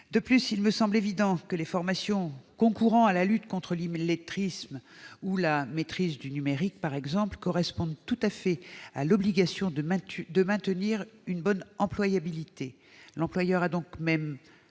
De plus, il me semble évident que les formations concourant à la lutte contre l'illettrisme ou à la maîtrise du numérique correspondent tout à fait à l'obligation de maintenir une bonne employabilité. Donc l'employeur a même